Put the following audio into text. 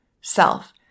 self